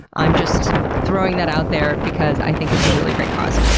i'm just throwing that out there because i think it's a really great cause.